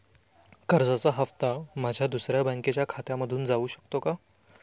कर्जाचा हप्ता माझ्या दुसऱ्या बँकेच्या खात्यामधून जाऊ शकतो का?